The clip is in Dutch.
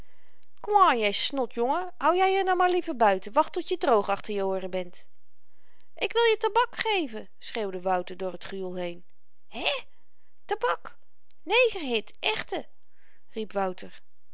komaan jy snotjongen hou jy r je nu maar liever buiten wacht tot je droog achter je ooren bent ik wil je tabak geven schreeuwde wouter door t gejoel heen hè tabak negerhit echte riep wouter